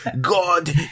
God